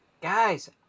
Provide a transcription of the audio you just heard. Guys